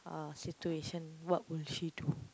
uh situation what would she do